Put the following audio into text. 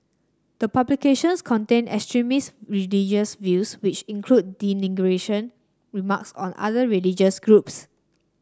the publications contain extremist views which include remarks on other religious groups